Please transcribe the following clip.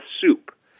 soup